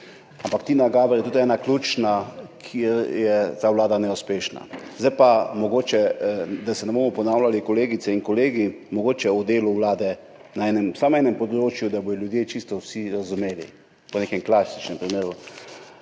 Ampak Tina Gaber je tudi ena ključna, kjer je ta vlada neuspešna. Zdaj pa mogoče, da se ne bomo ponavljali, kolegice in kolegi, mogoče o delu Vlade na enem, samo enem področju, da bodo ljudje čisto vsi razumeli po nekem klasičnem primeru.